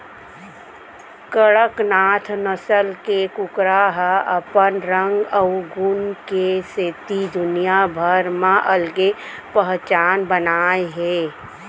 कड़कनाथ नसल के कुकरा ह अपन रंग अउ गुन के सेती दुनिया भर म अलगे पहचान बनाए हे